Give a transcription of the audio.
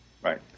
Right